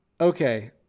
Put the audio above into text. okay